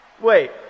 Wait